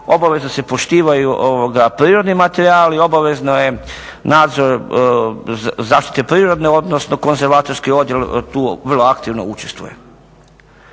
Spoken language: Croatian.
obavezno se poštivaju prirodni materijali, obavezno je nadzor zaštite prirode, odnosno konzervatorski odjel tu vrlo aktivno učestvuje.